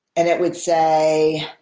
and it would say,